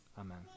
amen